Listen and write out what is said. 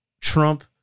Trump